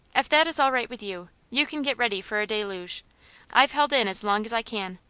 if that is all right with you, you can get ready for a deluge. i've held in as long as i can.